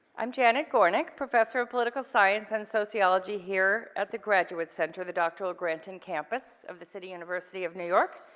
i'm janet gornick, professor of political science and sociology here at the graduate center. the doctoral granting campus of the city university of new york.